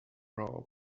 raw